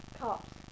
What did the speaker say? Cops